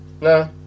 no